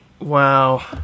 Wow